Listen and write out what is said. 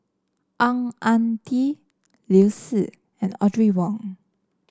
Ang Ah Tee Liu Si and Audrey Wong